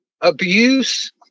abuse